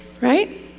right